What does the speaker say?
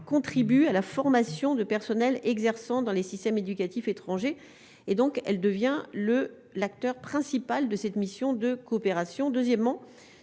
contribue à la formation de personnel exerçant dans les systèmes éducatifs étrangers et donc elle devient le, l'acteur principal de cette mission de coopération, deuxièmement